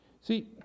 See